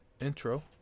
intro